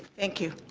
thank you.